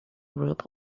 group